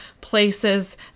places